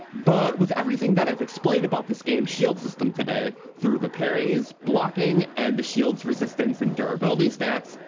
but with everything that i've explained about this games shield system today, through the parrys, blocking, and the shields resistance and durability stats,